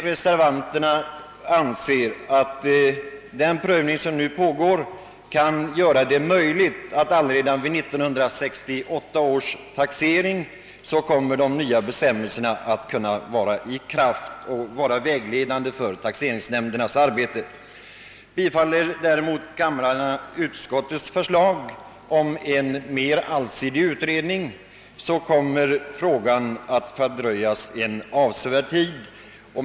Reservanterna anser att den kan göra det möjligt att de nya bestämmelserna kan ha trätt i kraft och vara vägledande för taxeringsnämndernas arbete redan vid 1968 års taxering. Bifaller däremot kamrarna utskottets förslag om en mera allsidig utredning, kommer frågan att fördröjas en avsevärd tid.